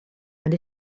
and